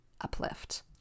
uplift